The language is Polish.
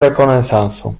rekonesansu